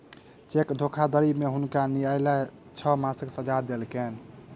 cheque धोखाधड़ी में हुनका न्यायलय छह मासक सजा देलकैन